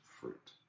fruit